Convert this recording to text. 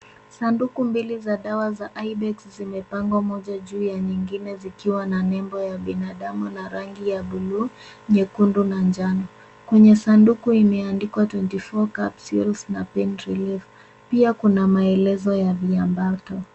Sanduku mbili za dawa za Ibex zikipangwa juu ya nyingine zikiwa na nembo ya binadamu na rangi ya blue , nyekundu na njano. Kwenye sanduku imeandikwa twenty four capsules na pain relief na pia kuna maelezo ya viambato.